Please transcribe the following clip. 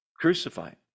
crucified